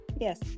yes